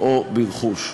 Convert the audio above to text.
או ברכוש.